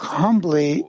humbly